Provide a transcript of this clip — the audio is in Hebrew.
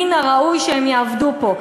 מן הראוי שהם יעבדו פה.